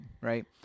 right